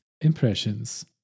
Impressions